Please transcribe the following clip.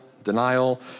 Denial